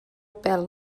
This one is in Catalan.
pèl